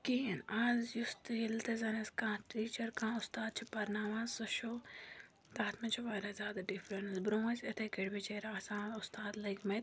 کِہیٖنۍ آز یُس تہِ ییٚلہِ تہِ زَن اسہِ کانٛہہ ٹیٖچَر کانٛہہ اُستاد چھُ پَرناوان سُہ چھُ تَتھ منٛز چھِ واریاہ زیادٕ ڈِفریٚنٕس برٛۄنٛہہ ٲسۍ یتھٔے کٲٹھۍ بِچٲرۍ آسان اُستاد لٔگۍ مِتۍ